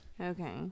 Okay